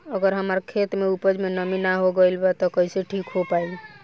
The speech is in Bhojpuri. अगर हमार खेत में उपज में नमी न हो गइल बा त कइसे ठीक हो पाई?